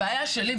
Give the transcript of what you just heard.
הבעיה שלי,